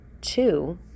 Two